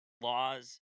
laws